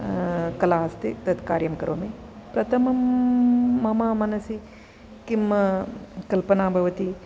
कला अस्ति तत् कार्यं करोमि प्रथमं मम मनसि किं कल्पना भवति